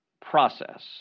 process